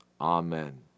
Amen